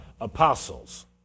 apostles